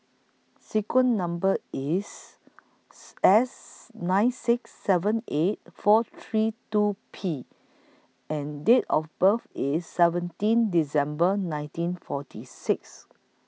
sequence Number IS S nine six seven eight four three two P and Date of birth IS seventeen December nineteen forty six